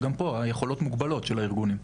גם פה היכולות של הארגונים מוגבלות.